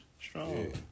Strong